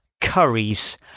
curries